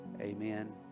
amen